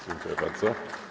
Dziękuję bardzo.